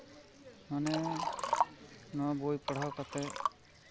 ᱢᱟᱱᱮ ᱱᱚᱣᱟ ᱵᱳᱭ ᱯᱟᱲᱦᱟᱣ ᱠᱟᱛᱮᱫ